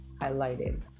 highlighted